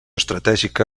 estratègica